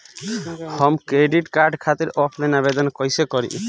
हम credit card खातिर offline आवेदन कइसे करि?